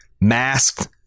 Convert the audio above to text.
masked